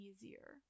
easier